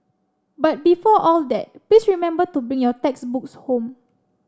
but before all that please remember to bring your textbooks home